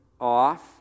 off